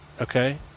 okay